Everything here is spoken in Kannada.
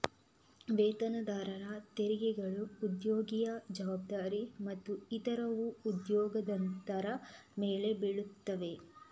ವೇತನದಾರರ ತೆರಿಗೆಗಳು ಉದ್ಯೋಗಿಯ ಜವಾಬ್ದಾರಿ ಮತ್ತು ಇತರವು ಉದ್ಯೋಗದಾತರ ಮೇಲೆ ಬೀಳುತ್ತವೆ